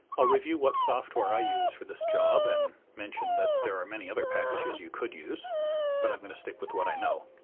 i'll review what software i use for this job and mention that there are many other packages you could use but i'm going to stick with what i know.